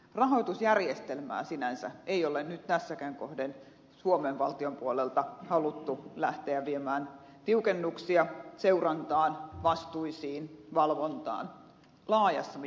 rahoitusjärjestelmään sinänsä ei ole nyt tässäkään kohden suomen valtion puolelta haluttu lähteä viemään tiukennuksia seurantaan vastuisiin valvontaan laajassa mittakaavassa